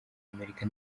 amerika